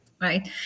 right